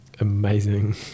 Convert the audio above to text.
amazing